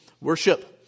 worship